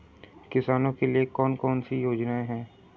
किसानों के लिए कौन कौन सी योजनाएं हैं?